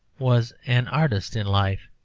was an artist in life